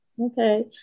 okay